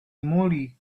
moly